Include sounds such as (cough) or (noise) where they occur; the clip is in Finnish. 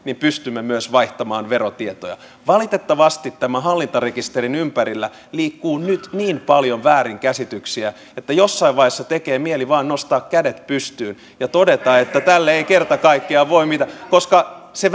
pystymme myös vaihtamaan verotietoja valitettavasti tämän hallintarekisterin ympärillä liikkuu nyt niin paljon väärinkäsityksiä että jossain vaiheessa tekee mieli vain nostaa kädet pystyyn ja todeta että tälle ei kerta kaikkiaan voi mitään koska se (unintelligible)